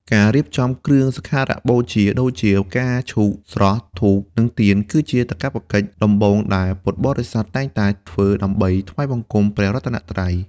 ការរៀបចំគ្រឿងសក្ការបូជាដូចជា ផ្កាឈូកស្រស់ ធូប និងទៀន គឺជាកាតព្វកិច្ចដំបូងដែលពុទ្ធបរិស័ទតែងតែធ្វើដើម្បីថ្វាយបង្គំព្រះរតនត្រ័យ។